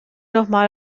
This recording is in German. nochmal